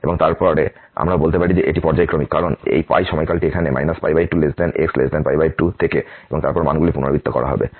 এবং তারপরে আমরা বলতে পারি যে এটি পর্যায়ক্রমিক কারণ এই সময়কালটি এখানে 2x 2 থেকে এবং তারপর এই মানগুলি পুনরাবৃত্তি করা হবে